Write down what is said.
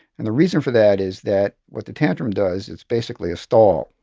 and the reason for that is that what the tantrum does is basically a stall.